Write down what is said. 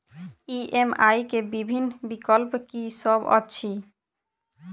EMI केँ विभिन्न विकल्प की सब अछि